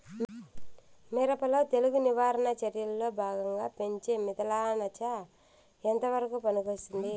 మిరప లో తెగులు నివారణ చర్యల్లో భాగంగా పెంచే మిథలానచ ఎంతవరకు పనికొస్తుంది?